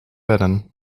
wennen